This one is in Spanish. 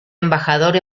embajador